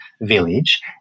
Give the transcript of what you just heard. village